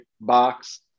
box